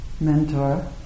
mentor